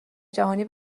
جهانی